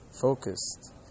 focused